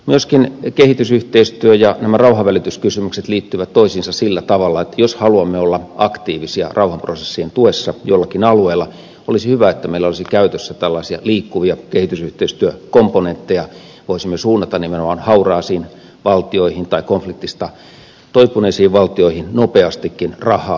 myöskin kehitysyhteistyö ja nämä rauhanvälityskysymykset liittyvät toisiinsa sillä tavalla että jos haluamme olla aktiivisia rauhanprosessien tuessa jollakin alueella olisi hyvä että meillä olisi käytössä tällaisia liikkuvia kehitysyhteistyökomponentteja ja voisimme suunnata nimenomaan hauraisiin valtioihin tai konfliktista toipuneisiin valtioihin nopeastikin rahaa